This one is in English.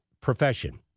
profession